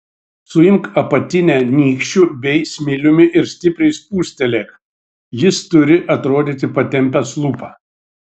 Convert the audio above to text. suimk apatinę nykščiu bei smiliumi ir stipriai spustelėk jis turi atrodyti patempęs lūpą